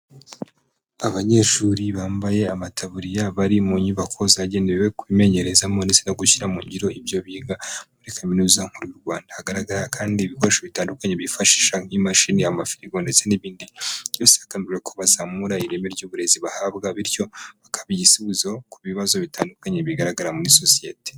Abanyeshuri bambaye amataburiya bari mu nyubako zagenewe kubimenyerezamo ndetse no gushyira mu ngiro ibyo biga muri kaminuza nkuru y'u Rwanda. Hagaragara kandi ibikoresho bitandukanye byifashisha nk'imashini, amafirigo ndetse n'ibindi, byose bikangurira ko bazamura ireme ry'uburezi bahabwa bityo bakaba igisubizo ku bibazo bitandukanye bigaragara muri sosiyete.